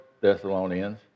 Thessalonians